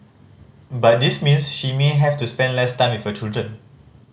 but this means she may have to spend less time with her children